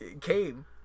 came